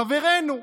חברינו,